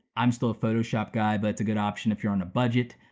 i'm still a photoshop guy, but it's a good option if you're on a budget.